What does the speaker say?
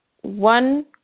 one